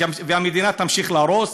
והמדינה תמשיך להרוס?